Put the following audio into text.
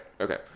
okay